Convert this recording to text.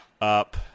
up